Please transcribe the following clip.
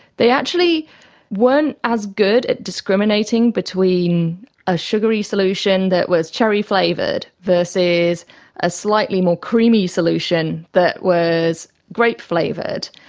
they actually weren't as good at discriminating between a sugary solution that was cherry flavoured versus a slightly more creamy solution that was grape flavoured.